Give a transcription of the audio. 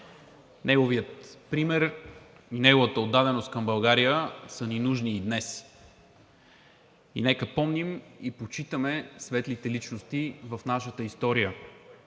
Неговият пример и неговата отдаденост към България са ни нужни и днес. И нека помним и почитаме светлите личности в нашата история,